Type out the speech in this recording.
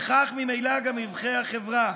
וכך ממילא גם רווחי החברה.